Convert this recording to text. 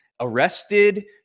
arrested